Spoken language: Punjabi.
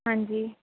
ਹਾਂਜੀ